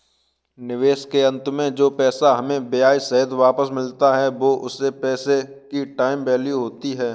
निवेश के अंत में जो पैसा हमें ब्याह सहित वापस मिलता है वो उस पैसे की टाइम वैल्यू होती है